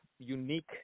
unique